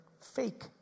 fake